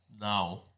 now